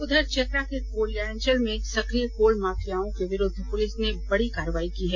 उधर चतरा के कोयलांचल में सक्रिय कोल माफियाओं के विरुद्ध पुलिस ने बड़ी कार्रवाई की है